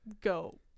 go